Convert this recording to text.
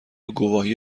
گواهی